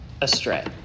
astray